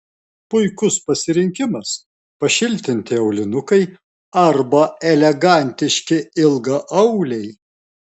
puikus pasirinkimas pašiltinti aulinukai arba elegantiški ilgaauliai